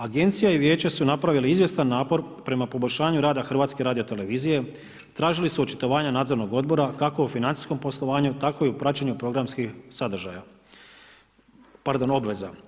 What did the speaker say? Agencija i vijeće su napravili izvjestan napor prema poboljšanju rada HRT-a tražili su očitovanja nadzornog odbora kako u financijskom poslovanju tako i u praćenju programskih obveza.